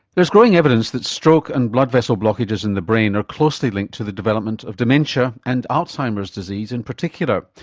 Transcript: there's growing evidence that stroke and blood vessel blockages in the brain are closely linked to the development of dementia and alzheimer's disease in particular.